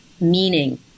Meaning